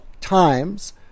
times